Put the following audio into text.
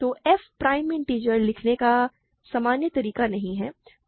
तो f prime integer लिखने का सामान्य तरीका नहीं है